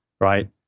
right